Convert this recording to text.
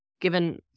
given